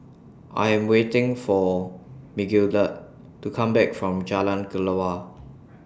I Am waiting For Migdalia to Come Back from Jalan Kelawar